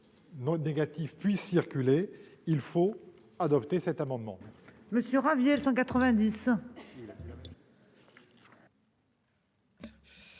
négatif, puissent circuler, il faut adopter cet amendement.